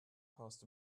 past